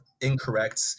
incorrect